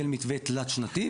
של מתווה תלת-שנתי,